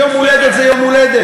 יום הולדת זה יום הולדת.